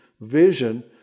vision